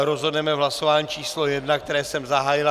Rozhodneme v hlasování číslo 1, které jsem zahájil.